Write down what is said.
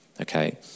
Okay